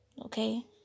Okay